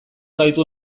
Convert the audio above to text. gaitu